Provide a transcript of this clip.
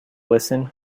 listen